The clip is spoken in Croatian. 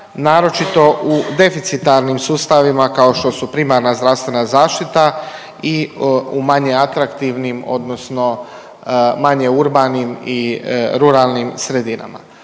naročito u deficitarnim sustavima kao što su primana zdravstvena zaštita i u manje atraktivnim odnosno manje urbanim i ruralnim sredinama.